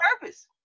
purpose